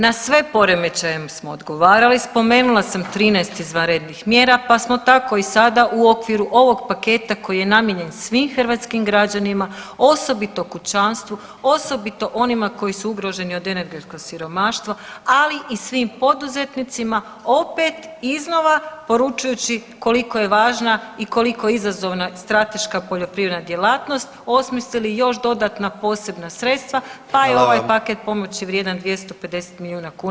Na sve poremećajem smo odgovarali, spomenula sam 13 izvanrednih mjera pa smo tako i sada u okviru ovog paketa koji je namijenjen svim hrvatskim građanima, osobito kućanstvu, osobito onima koji su ugroženi od energetskog siromaštva ali i svim poduzetnicima opet iznova poručujući koliko je važna i koliko izazovna strateška poljoprivredna djelatnost osmislili još dodatna posebna sredstava pa je ovaj paket pomoći [[Upadica: Hvala vam.]] vrijedan 250 milijuna kuna za